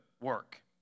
work